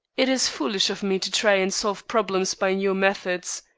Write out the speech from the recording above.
it is foolish of me to try and solve problems by your methods.